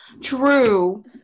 True